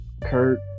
Kurt